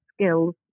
skills